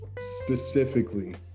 specifically